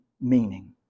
meaning